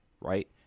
right